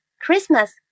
Christmas